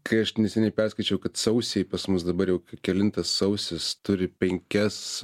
kai aš neseniai perskaičiau kad sausį pas mus dabar jau kelintas sausis turi penkias